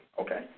Okay